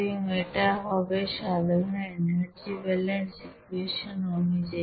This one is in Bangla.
এবং এটা হবে সাধারণ এনার্জি ব্যলেন্স ইকুয়েশন অনুযায়ী